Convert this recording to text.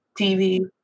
TV